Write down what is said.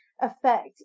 affect